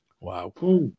Wow